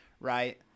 right